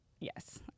yes